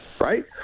right